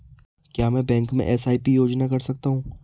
क्या मैं बैंक में एस.आई.पी योजना कर सकता हूँ?